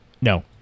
No